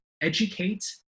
educate